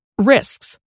Risks